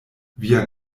via